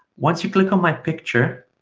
once you click on my picture,